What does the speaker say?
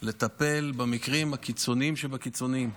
לטפל במקרים הקיצוניים שבקיצוניים.